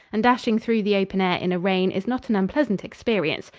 and dashing through the open air in a rain is not an unpleasant experience.